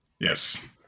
Yes